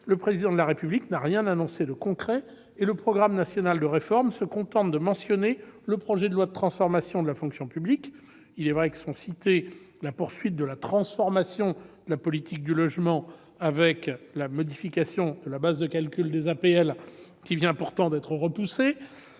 le Président de la République n'a rien annoncé de concret à ce sujet. Quant au programme national de réforme, il mentionne seulement le projet de loi de transformation de la fonction publique. Il est vrai que sont citées la poursuite de la « transformation » de la politique du logement, avec la modification de la base de calcul des APL, qui vient pourtant d'être repoussée,